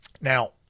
now